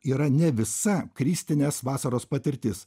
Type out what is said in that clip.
yra ne visa kristinės vasaros patirtis